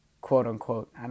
quote-unquote